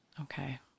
Okay